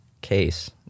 case